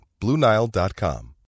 BlueNile.com